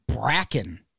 Bracken